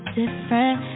different